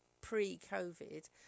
pre-COVID